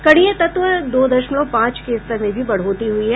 कणीय तत्व दो दशमलव पांच के स्तर में भी बढ़ोतरी हुई है